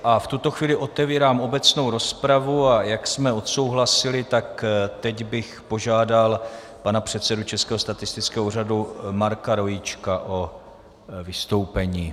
A v tuto chvíli otevírám obecnou rozpravu, a jak jsme odsouhlasili, tak teď bych požádal pana předsedu Českého statistického úřadu Marka Rojíčka o vystoupení.